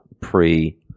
pre